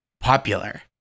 popular